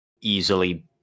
easily